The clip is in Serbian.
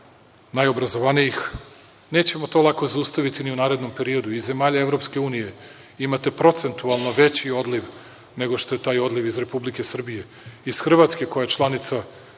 najobrazovanijih, nećemo to lako zaustaviti ni u narednom periodu. Iz zemalja EU imate procentualno veći odliv nego što je taj odliv iz Republike Srbije. Iz Hrvatske, koja je članica